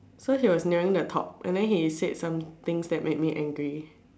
so he was nearing the top so he said somethings that made me angry